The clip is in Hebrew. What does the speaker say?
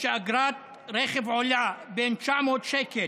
כשאגרת רכב עולה בין 900 שקל,